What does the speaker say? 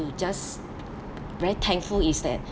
just very thankful is that